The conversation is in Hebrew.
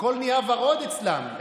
הכול נהיה ורוד אצלם.